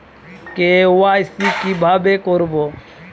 KYC কিভাবে করব?